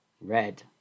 Red